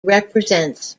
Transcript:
represents